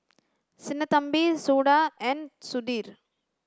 Sinnathamby Suda and Sudhir